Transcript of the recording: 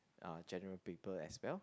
uh general paper as well